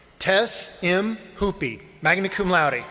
tess m. hoopy, magna cum laude.